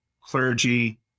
clergy